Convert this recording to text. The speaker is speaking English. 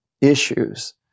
issues